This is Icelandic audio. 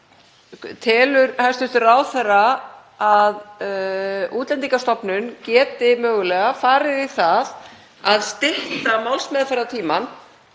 Telur hæstv. ráðherra að Útlendingastofnun geti mögulega farið í það að stytta málsmeðferðartímann